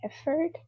effort